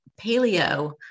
paleo